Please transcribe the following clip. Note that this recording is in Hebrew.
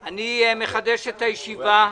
אני מחדש את הישיבה.